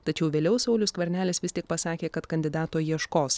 tačiau vėliau saulius skvernelis vis tik pasakė kad kandidato ieškos